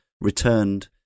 returned